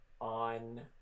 on